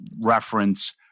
reference